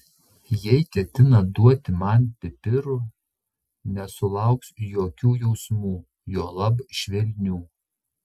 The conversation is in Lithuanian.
jei ketina duoti man pipirų nesulauks jokių jausmų juolab švelnių